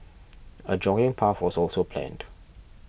a jogging path was also planned